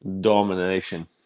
Domination